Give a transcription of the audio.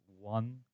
one